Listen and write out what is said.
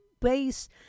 base